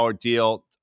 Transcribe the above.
deal